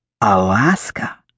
Alaska